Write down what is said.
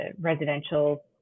residential